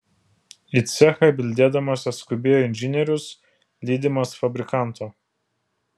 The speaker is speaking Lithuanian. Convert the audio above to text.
į cechą bildėdamas atskubėjo inžinierius lydimas fabrikanto